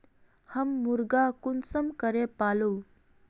हम मुर्गा कुंसम करे पालव?